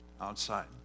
outside